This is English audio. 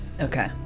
Okay